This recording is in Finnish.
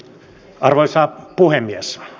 arvoisa puhemies